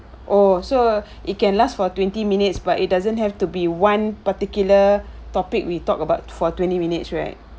oh so it can last for twenty minutes but it doesn't have to be one particular topic we talk about for twenty minutes right